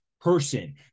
person